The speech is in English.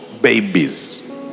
babies